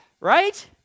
Right